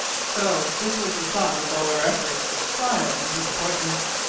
so this was the sum of all our efforts, trials and disappointments!